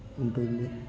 ఉంటుంది